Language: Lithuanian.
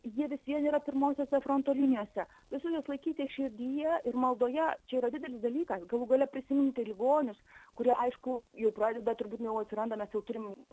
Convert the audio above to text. jie vis vien yra pirmosiose fronto linijose visų neatlaikyti širdyje ir maldoje čia yra didelis dalykas galų gale prisiminti ligonius kurie aišku jau pradeda turbūt jau atsiranda mes jau turim